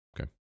okay